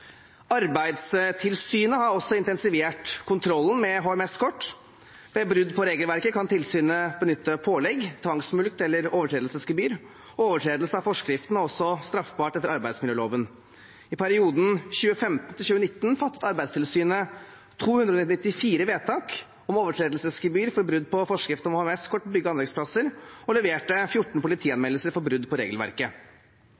Arbeidstilsynet har også intensivert kontrollen med HMS-kort. Ved brudd på regelverket kan tilsynet benytte pålegg, tvangsmulkt eller overtredelsesgebyr, og overtredelse av forskriften er også straffbart etter arbeidsmiljøloven. I perioden 2015–2019 fattet Arbeidstilsynet 294 vedtak om overtredelsesgebyr for brudd på forskrift om HMS-kort på bygge- og anleggsplasser og leverte 14